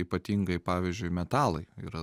ypatingai pavyzdžiui metalai yra